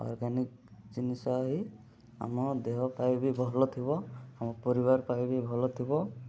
organic ଜିନିଷ ହୋଇ ଆମ ଦେହ ପାଇଁ ବି ଭଲ ଥିବ ଆମ ପରିବାର ପାଇଁ ବି ଭଲ ଥିବ